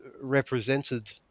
represented